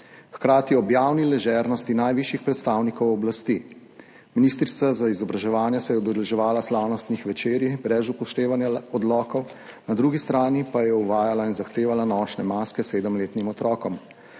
hkrati ob javni ležernosti najvišjih predstavnikov oblasti. Ministrica za izobraževanje se je udeleževala slavnostnih večerij brez upoštevanja odlokov, na drugi strani pa je uvajala in zahtevala nošnje maske sedemletnim otrokom.